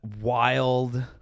wild